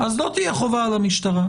לא תהיה חובה על המשטרה.